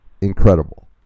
Incredible